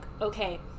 okay